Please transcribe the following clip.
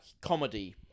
comedy